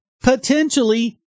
potentially